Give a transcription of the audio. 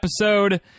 episode